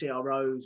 CROs